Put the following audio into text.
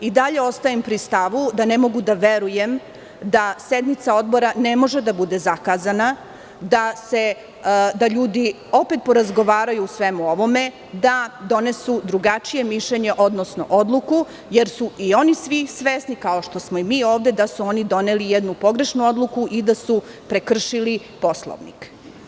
Dalje ostajem pri stavu da ne mogu da verujem da sednica Odbora ne može da bude zakazana, da ljudi opet porazgovaraju o svemu ovome, da donesu drugačije mišljenje, odnosno odluku, jer su i oni svi svesni, kao što smo i mi ovde, da su oni doneli jednu pogrešnu odluku i da su prekršili Poslovnik.